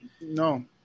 no